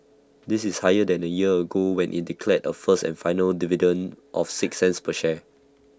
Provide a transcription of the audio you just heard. this is higher than A year ago when IT declared A first and final dividend of six cents per share